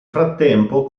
frattempo